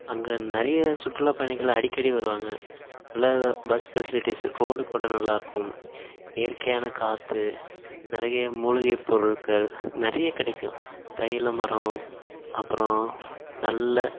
அங்கே நிறைய சுற்றுலா பயணிகள் அடிக்கடி வருவாங்க நல்லா பஸ் ஃபெசிலிட்டிஸ் ரோட் கூட நல்லா இருக்கும் இயற்கையான காற்று நிறைய மூலிகை பொருட்கள் நிறைய கிடைக்கும் தைலம் மரம் அப்பறோம் நல்ல